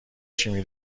شیمی